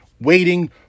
waiting